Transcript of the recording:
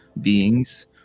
beings